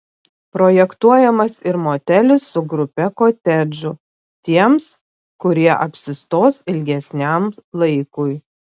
projektuojamas ir motelis su grupe kotedžų tiems kurie apsistos ilgesniam laikui